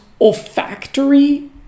olfactory